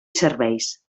serveis